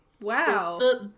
wow